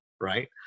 right